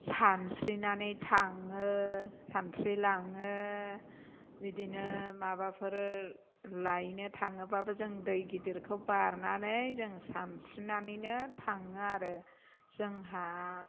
सानस्रिनानै थाङो सानस्रिलाङो बिदिनो माबाफोर लायनो थाङोब्लाबो जों दै गिदिरखौ बारनानै जों सानस्रिनानैनो थाङो आरो जोंहा